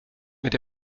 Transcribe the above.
mit